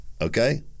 okay